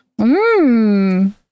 Mmm